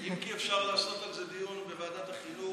אם כי אפשר לעשות על זה דיון בוועדת החינוך,